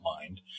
mind